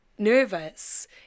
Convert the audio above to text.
nervous